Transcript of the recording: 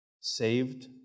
Saved